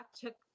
took